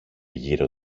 γύρω